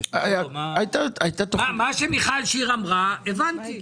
מה שמיכל שיר אמרה הבנתי,